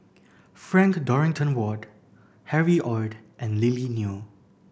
Frank Dorrington Ward Harry Ord and Lily Neo